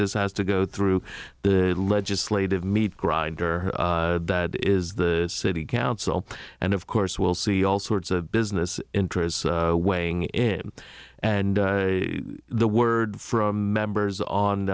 this has to go through the legislative meat grinder that is the city council and of course we'll see all sorts of business interests weighing in and the word from members